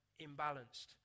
imbalanced